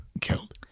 killed